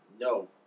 no